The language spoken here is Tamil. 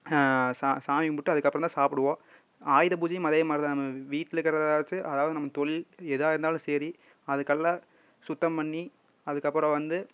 சா சாமி கும்பிட்டு அதுக்கப்புறந்தான் சாப்பிடுவோம் ஆயுத பூஜையும் அதே மாதிரிதான் நம்ம வீட்டில் இருக்கிறத வச்சு அதாவது நம்ம தொழில் எதாக இருந்தாலும் சரி அதுகள சுத்தம் பண்ணி அதுக்கப்புறம் வந்து